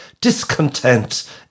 discontent